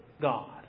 god